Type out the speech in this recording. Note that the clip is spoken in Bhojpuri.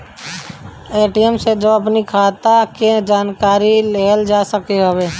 ए.टी.एम से भी अपनी खाता के जानकारी लेहल जा सकत हवे